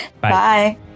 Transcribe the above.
bye